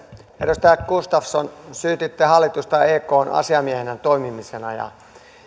edustaja gustafsson syytitte hallitusta ekn asiamiehenä toimimisesta